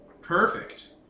Perfect